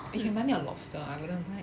you can buy me a lobster I wouldn't mind